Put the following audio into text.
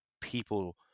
people